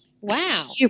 Wow